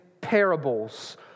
parables